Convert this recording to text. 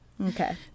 Okay